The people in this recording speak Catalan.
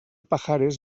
pajares